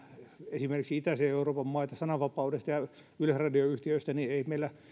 esimerkiksi itäisen euroopan maita sananvapaudesta ja yleisradioyhtiöistä mutta ei meillä